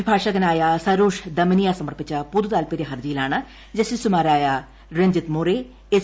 അഭിഭാഷകനായ സരോഷ് ദമനിയ സമർപ്പിച്ച പൊതുതാത്പര്യ ഹർജിയിലാണ് ജസ്റ്റിസുമാരായ രഞ്ജിത് മോറെ എസ്